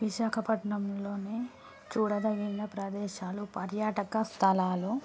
విశాఖపట్నంలోని చూడదగిన ప్రదేశాలు పర్యాటక స్థలాలు